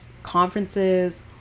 conferences